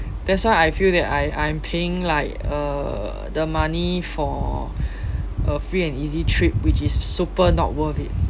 that's why I feel that I I'm paying like uh the money for a free and easy trip which is super not worth it